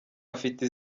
afite